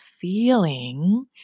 feeling